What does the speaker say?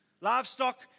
livestock